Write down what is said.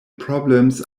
problems